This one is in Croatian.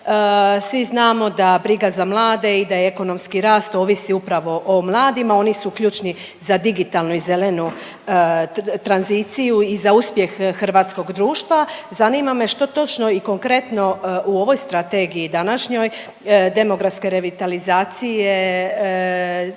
Svi znamo da briga za mlade i da ekonomski rast ovisi upravo o mladima. Oni su ključni za digitalnu i zelenu tranziciju i za uspjeh hrvatskog društva. Zanima me što točno i konkretno u ovoj strategiji današnjoj demografske revitalizacije